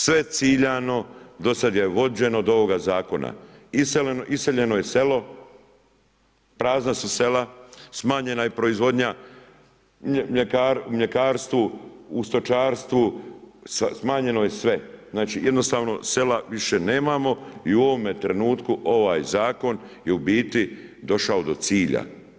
Sve ciljano do sada je vođeno do ovoga zakona, iseljeno je selo, prazna su sela, smanjena je proizvodnja mljekarstvu u stočarstvu, smanjeno je sve, znači jednostavno sela više nemamo i u ovome trenutku ovaj zakon je u biti došao do cilja.